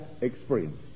experience